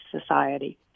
society